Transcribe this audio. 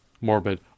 morbid